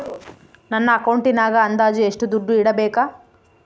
ನನ್ನ ಅಕೌಂಟಿನಾಗ ಅಂದಾಜು ಎಷ್ಟು ದುಡ್ಡು ಇಡಬೇಕಾ?